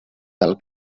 del